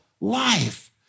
life